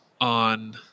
on